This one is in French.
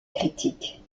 critique